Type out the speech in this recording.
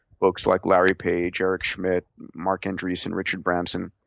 folks like larry page, eric schmidt, marc andreesen, richard branson.